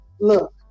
look